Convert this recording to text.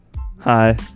Hi